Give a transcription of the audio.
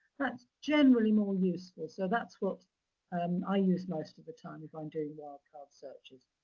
that's generally more useful. so that's what i use most of the time if i'm doing wild card searches.